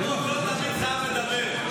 אלמוג, לא תמיד חייב לדבר.